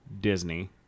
Disney